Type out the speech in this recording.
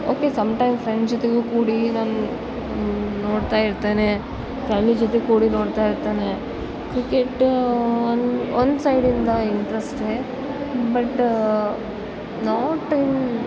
okay some times friend ಜೊತೆಗು ಕೂಡಿ ನಾನು ನೋಡ್ತಾ ಇರ್ತೇನೆ ಫ್ಯಾಮ್ಲಿ ಜೊತೆ ಕೂಡಿ ನೋಡ್ತಾ ಇರ್ತೇನೆ ಕ್ರಿಕೆಟ್ ಒಂದು ಒಂದು ಸೈಡಿಂದ ಇಂಟ್ರೆಸ್ಟೇ ಬಟ್ ನಾಟ್ ಇನ್